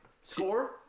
score